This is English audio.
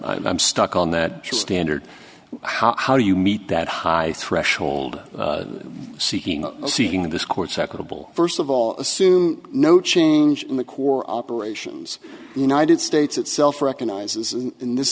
i'm stuck on that standard how do you meet that high threshold seeking seeking this court's equitable first of all assume no change in the core operations the united states itself recognizes in this